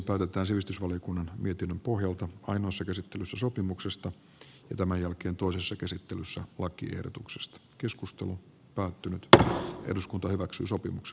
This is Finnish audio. ensin päätetään sivistysvaliokunnan mietinnön pohjalta ainoassa käsittelyssä sopimuksesta ja sitten toisessa käsittelyssä lakiehdotuksesta keskustelu päättynyt eduskunta hyväksyy sopimus